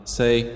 say